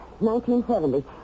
1970